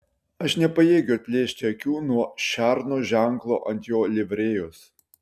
aš nepajėgiu atplėšti akių nuo šerno ženklo ant jo livrėjos